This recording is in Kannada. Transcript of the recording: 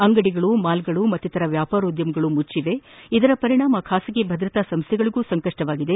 ಅಂಗಡಿಗಳು ಮಾಲ್ಗಳು ಮತ್ತಿತರ ವ್ಯಾಪಾರೋದ್ದಮಗಳು ಮುಚ್ಚರುವುದರ ಪರಿಣಾಮ ಖಾಸಗಿ ಭದ್ರತಾ ಸಂಸ್ಥೆಗಳಗೂ ಸಂಕಷ್ಟ ತಂದಿದೆ